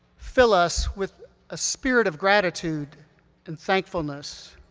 fill us with a spirit of gratitude and thankfulness,